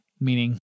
meaning